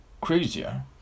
crazier